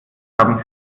haben